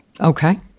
Okay